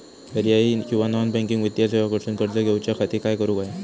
पर्यायी किंवा non banking वित्तीय सेवा कडसून कर्ज घेऊच्या खाती काय करुक होया?